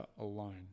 alone